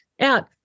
Out